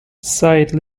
site